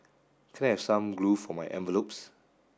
can I have some glue for my envelopes